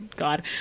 God